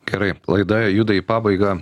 gerai laida juda į pabaigą